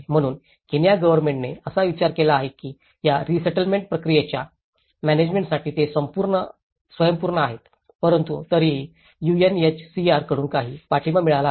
म्हणून केनिया गव्हर्नमेंटने असा विचार केला आहे की या रीसेटलमेंट प्रक्रियेच्या मॅनॅजमेन्टासाठी ते स्वयंपूर्ण आहेत परंतु तरीही यूएनएचसीआर कडून काही पाठिंबा मिळाला आहे